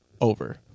Over